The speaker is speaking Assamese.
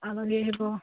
আলহী আহিব